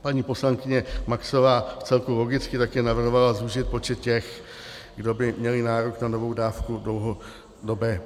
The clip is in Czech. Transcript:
Paní poslankyně Maxová vcelku logicky také navrhovala zúžit počet těch, kdo by měli nárok na novou dávku dlouhodobé ošetřovné.